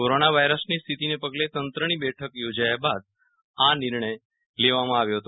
corona વાયરસની સ્થિતિને પગલે તંત્રની બેઠક યોજાયા બાદ આ નિર્ણય લેવામાં આવ્યો હતો